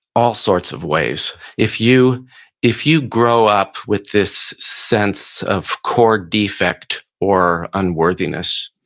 all sorts of ways. if you if you grow up with this sense of core defect or unworthiness,